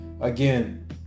again